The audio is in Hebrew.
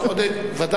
ודאי.